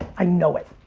i know it.